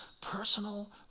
personal